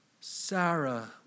Sarah